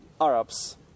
Arabs